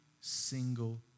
single